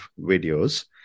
videos